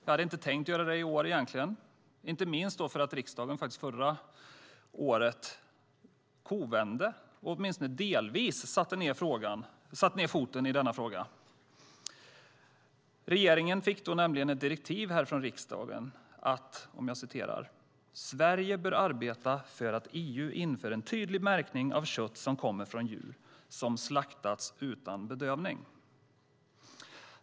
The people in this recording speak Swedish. Jag hade inte tänkt göra det i år, inte minst för att riksdagen förra året kovände och åtminstone delvis satte ned foten i denna fråga. Regeringen fick då ett direktiv från riksdagen att Sverige bör arbeta för att EU inför en tydlig märkning av kött som kommer från djur som slaktats utan bedövning.